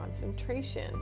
concentration